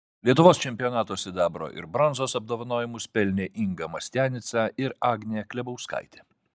lietuvos čempionato sidabro ir bronzos apdovanojimus pelnė inga mastianica ir agnė klebauskaitė